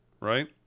Right